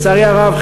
לצערי הרב,